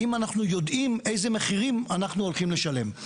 האם אנחנו יודעים איזה מחירים אנחנו הולכים לשלם?